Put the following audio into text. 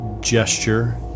gesture